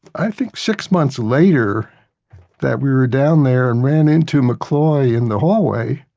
i think six months later that we were down there and ran into mccloy in the hallway.